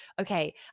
okay